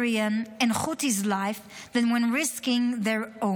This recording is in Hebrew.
Syrian and Houthi lives than when risking their own.